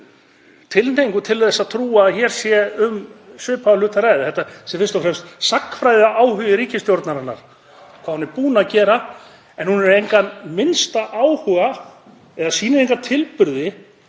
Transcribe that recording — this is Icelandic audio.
tilhneigingu til þess að trúa að hér sé um svipaðan hlut að ræða, þetta sé fyrst og fremst sagnfræðiáhugi ríkisstjórnarinnar, hvað hún er búin að gera, en hún hefur engan minnsta áhuga eða sýnir enga tilburði